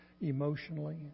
emotionally